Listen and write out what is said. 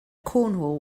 cornwall